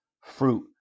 fruit